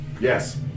Yes